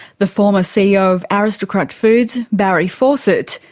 the former ceo of aristocrat foods, barry fawcett,